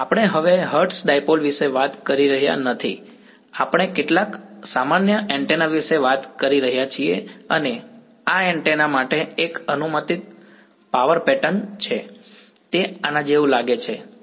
અમે હવે hertz dipole વિશે વાત કરી રહ્યા નથી અમે કેટલાક સામાન્ય એન્ટેના વિશે વાત કરી રહ્યા છીએ અને આ આ એન્ટેના માટે એક અનુમાનિત પાવર પેટર્ન છે તે આના જેવું લાગે છે આ રીતે